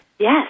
Yes